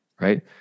right